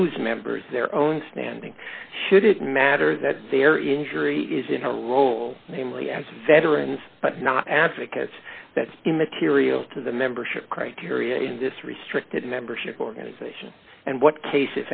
those members their own standing should it matter that their injury is in a role namely as veterans but not advocates that's immaterial to the membership criteria in this restricted membership organization and what case